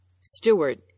Stewart